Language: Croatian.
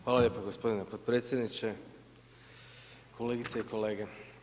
Hvala lijepo gospodine potpredsjedniče, kolegice i kolege.